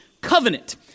Covenant